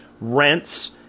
Rents